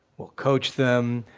we'll coach them.